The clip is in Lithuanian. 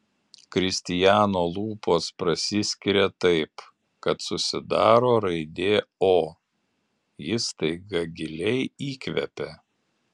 kristijano lūpos prasiskiria taip kad susidaro raidė o jis staiga giliai įkvepia